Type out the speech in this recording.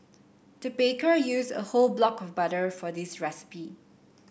the baker used a whole block of butter for this recipe